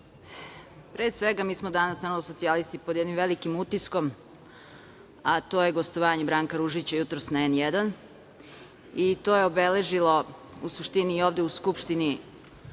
svega, mi smo danas, samo socijalisti, pod jednim velikim utiskom, a to je gostovanje Branka Ružića jutros na N1 i to je obeležilo, u suštini, i ovde u Skupštini